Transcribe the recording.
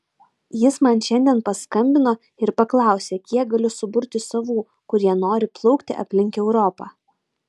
jis man šiandien paskambino ir paklausė kiek galiu suburti savų kurie nori plaukti aplink europą